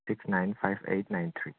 six nine five eight nine three